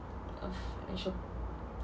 a f~ financial